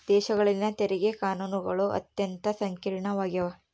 ದೇಶಗಳಲ್ಲಿನ ತೆರಿಗೆ ಕಾನೂನುಗಳು ಅತ್ಯಂತ ಸಂಕೀರ್ಣವಾಗ್ಯವ